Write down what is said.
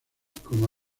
como